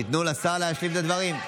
תנו לשר להשלים את הדברים.